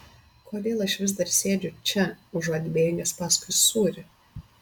kodėl aš vis dar sėdžiu čia užuot bėgęs paskui sūrį